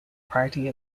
party